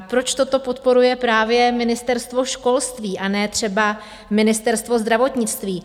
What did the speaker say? Proč toto podporuje právě Ministerstvo školství, a ne třeba Ministerstvo zdravotnictví?